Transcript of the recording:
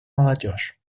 молодежь